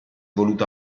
voluto